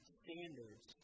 standards